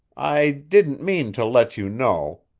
i didn't mean to let you know.